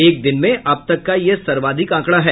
एक दिन में अब तक का यह सर्वाधिक आंकड़ा है